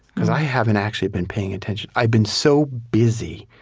because i haven't actually been paying attention. i've been so busy,